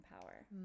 power